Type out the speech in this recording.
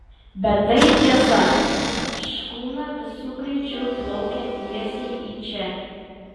bet tai tiesa škuna visu greičiu plaukia tiesiai į čia